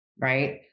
Right